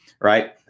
right